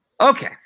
Okay